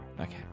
Okay